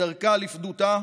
בדרכה לפדותה?